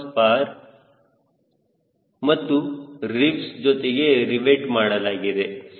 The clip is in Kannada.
ಚರ್ಮ ಸ್ಪಾರ್ ಮತ್ತು ರಿಬ್ಸ್ ಜೊತೆಗೆ ರಿವೆಟ್ ಮಾಡಲಾಗಿದೆ